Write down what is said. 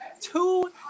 Two